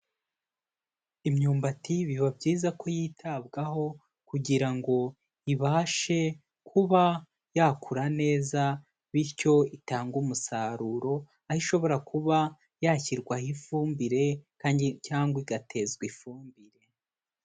Imyumbati biba byiza ko yitabwaho kugira ngo ibashe kuba yakura neza, bityo itange umusaruro, aho ishobora kuba yashyirwaho ifumbire kandi cyangwa igatezwa ifumbire.